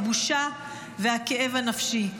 הבושה והכאב הנפשי.